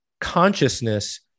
consciousness